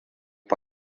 ha